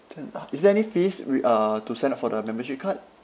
ten ah is there any fees we uh to sign up for the membership card